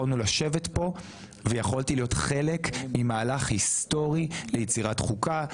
יכולנו לשבת כאן ויכולתי להיות חלק ממהלך היסטורי ליצירת חוקה,